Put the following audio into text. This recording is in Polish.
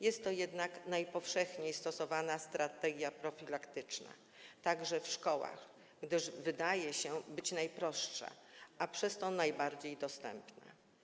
Jest to jednak najpowszechniej stosowana strategia profilaktyczna, także w szkołach, gdyż wydaje się najprostsza, a przez to najbardziej dostępna.